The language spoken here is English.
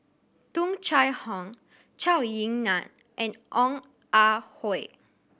Tung Chye Hong Zhou Ying Nan and Ong Ah Hoi